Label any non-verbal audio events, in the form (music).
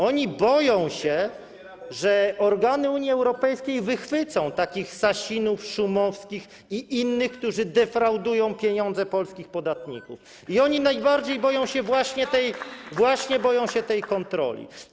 Oni boją się, że organy Unii Europejskiej wychwycą takich Sasinów, Szumowskich i innych, którzy defraudują pieniądze polskich podatników i oni najbardziej boją się właśnie (applause) tej kontroli.